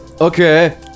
okay